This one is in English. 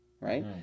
right